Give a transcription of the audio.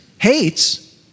hates